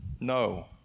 No